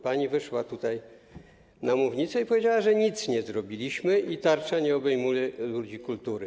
Pani wyszła tutaj na mównicę i powiedziała, że nic nie zrobiliśmy i tarcza nie obejmuje ludzi kultury.